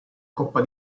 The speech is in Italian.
coppa